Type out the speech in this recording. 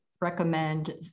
recommend